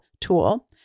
tool